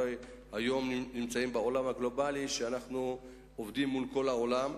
אנחנו הרי בעולם גלובלי ואנחנו עובדים מול כל העולם.